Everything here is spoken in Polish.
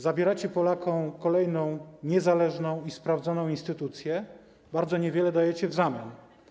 Zabieracie Polakom kolejną niezależną i sprawdzoną instytucję, bardzo niewiele dajecie w zamian.